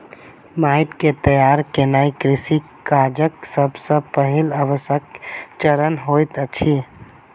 माइट के तैयार केनाई कृषि काजक सब सॅ पहिल आवश्यक चरण होइत अछि